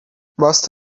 must